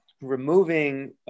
removing